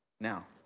Now